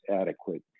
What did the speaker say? adequate